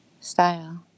style